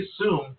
assume